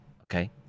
okay